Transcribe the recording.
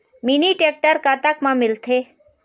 Mini tractor कतक म मिलथे?